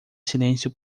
silêncio